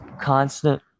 constant